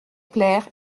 plaire